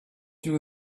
you